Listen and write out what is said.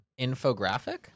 infographic